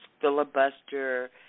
filibuster